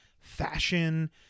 fashion